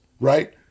right